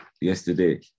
yesterday